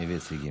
מביא הישגים.